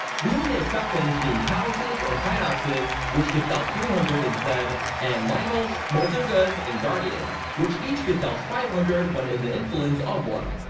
the only exceptions being taluses and hinoxes, which get dealt three hundred instead, and lynels, moldugas, and guardians which each get dealt five hundred when in the influence of one.